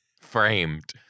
framed